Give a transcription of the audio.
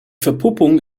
verpuppung